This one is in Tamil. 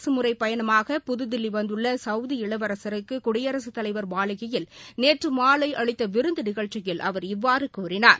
அரசு முறைப்பயணமாக புதுதில்லி வந்துள்ள சவுதி இளவரசருக்கு குடியரசுத் தலைவர் மாளிகையில் நேற்று மாலை அளித்த விருந்து நிகழ்ச்சியில் அவர் இவ்வாறு கூறினார்